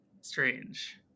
strange